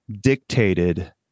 dictated